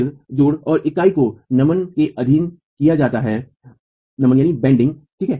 सिर जोड़ों और इकाइयों को नमन के अधीन किया जाता है ठीक